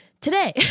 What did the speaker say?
Today